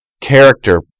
character